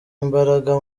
imbaraga